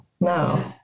No